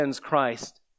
Christ